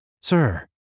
Sir